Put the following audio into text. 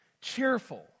cheerful